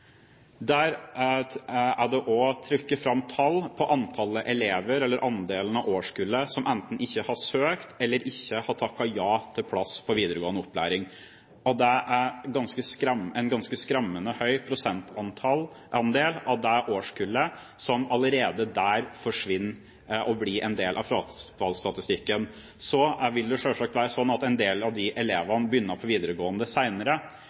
Der er også antallet elever, eller andelen av årskullet, som enten ikke har søkt eller ikke har takket ja til plass på videregående opplæring, trukket fram. Det er en ganske skremmende høy prosentandel av det årskullet som allerede der forsvinner og blir en del av frafallsstatistikken. Så vil det selvsagt være slik at en del av de elevene begynner på videregående